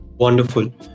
Wonderful